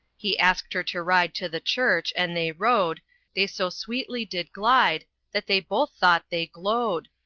he asked her to ride to the church and they rode they so sweetly did glide, that they both thought they glode,